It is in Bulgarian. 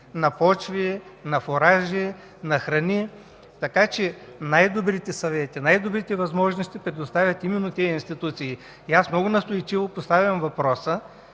на почви, на фуражи, на храни. Така че най-добрите съвети, най-добрите възможности предоставят именно тези институти. Аз много настойчиво поставям въпроса